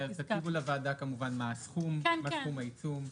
תגידו לוועדה כמובן מה הסכום, מה סכום העיצום.